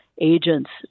agents